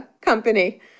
company